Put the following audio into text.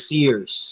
years